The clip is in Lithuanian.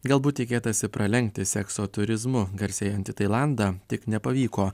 galbūt tikėtasi pralenkti sekso turizmu garsėjantį tailandą tik nepavyko